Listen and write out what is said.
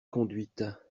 conduite